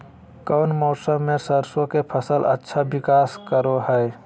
कौन मौसम मैं सरसों के फसल अच्छा विकास करो हय?